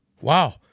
Wow